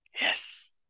Yes